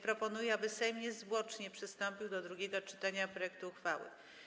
Proponuję, aby Sejm niezwłocznie przystąpił do drugiego czytania projektu uchwały.